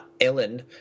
Ellen